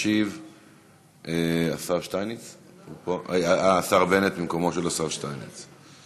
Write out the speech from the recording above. ישיב השר בנט במקום השר שטייניץ.